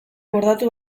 bordatu